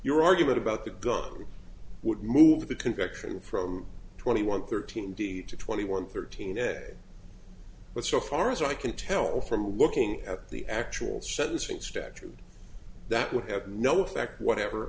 your argument about the gun would move the conviction from twenty one thirteen d to twenty one thirteen but so far as i can tell from looking at the actual sentencing statute that would have no effect whatever